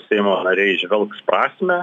seimo nariai įžvelgs prasmę